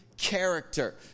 character